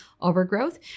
overgrowth